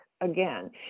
again